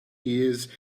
years